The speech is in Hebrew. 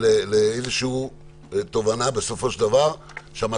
כי משב"ס ומהנהלת בתי המשפט בדיון הקודם אמרו שברגע שיחולקו